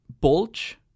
bulge